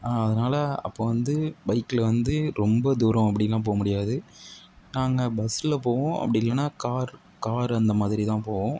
அதனால் அப்போது வந்து பைக்கில் வந்து ரொம்ப தூரம் அப்படிலாம் போக முடியாது நாங்கள் பஸ்ஸில் போவோம் அப்படி இல்லைனா கார் காரு அந்த மாதிரி தான் போவோம்